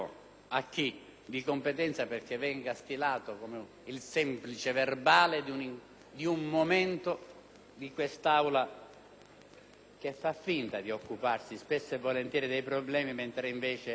a chi di competenza perché venga stilato il semplice verbale di un momento in cui quest'Aula fa finta di occuparsi (come spesso e volentieri capita) dei problemi, mentre invece